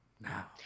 now